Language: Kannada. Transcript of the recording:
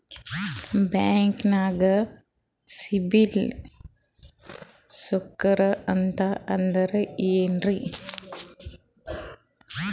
ಬ್ಯಾಂಕ್ದಾಗ ಸಿಬಿಲ್ ಸ್ಕೋರ್ ಅಂತ ಅಂದ್ರೆ ಏನ್ರೀ?